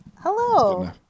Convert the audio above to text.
Hello